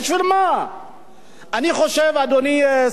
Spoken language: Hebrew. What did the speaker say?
אני חושב, אדוני, שר האוצר, האמת היא,